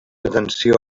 atenció